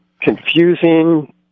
confusing